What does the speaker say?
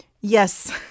Yes